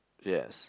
yes